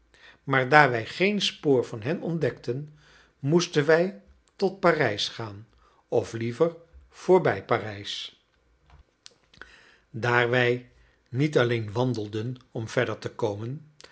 maar daar wij geen spoor van hen ontdekten moesten wij tot parijs gaan of liever voorbij parijs daar wij niet alleen wandelden om verder te komen